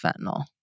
fentanyl